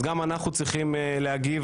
אז גם אנחנו צריכים להגיב,